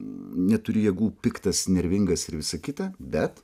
neturiu jėgų piktas nervingas ir visa kita bet